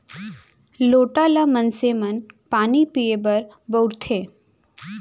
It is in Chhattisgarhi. लोटा ल मनसे मन पानी पीए बर बउरथे